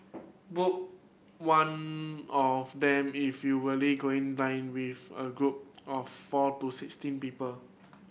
book one of them if you going dine with a group of four to sixteen people